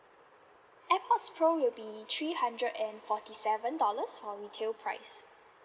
airpods pro will be three hundred and forty seven dollars for retail price